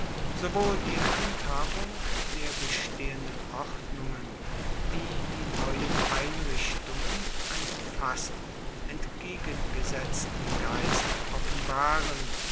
sowohl die handhabung der bestehenden ordnungen wie die neuen einrichtungen einen fast entgegengesetzten geist offenbaren